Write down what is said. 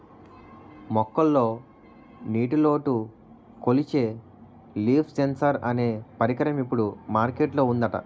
మొక్కల్లో నీటిలోటు కొలిచే లీఫ్ సెన్సార్ అనే పరికరం ఇప్పుడు మార్కెట్ లో ఉందట